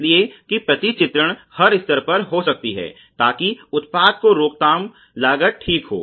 इसलिए कि प्रतिचित्रण हर स्तर पर हो सकती है ताकि उत्पाद की रोकथाम लागत ठीक हो